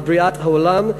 על בריאת העולם,